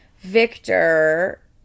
Victor